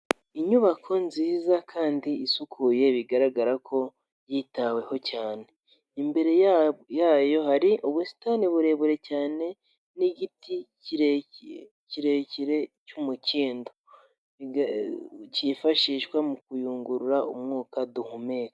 Inyubako nziza kandi isukuye bigaragara ko yitaweho cyane, imbere yayo hari ubusitani burebure cyane n'igiti kirekire cy'umukindo cyifashishwa mu kuyungurura umwuka duhumeka.